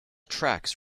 tracks